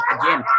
again